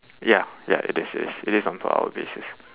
ya ya it is it is it is on per hour basis